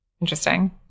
interesting